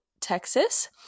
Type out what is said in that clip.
Texas